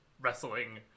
Wrestling